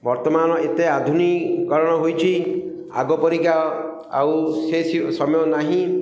ବର୍ତ୍ତମାନ ଏତେ ଆଧୁନିକରଣ ହୋଇଛି ଆଗ ପରିକା ଆଉ ସେ ସମୟ ନାହିଁ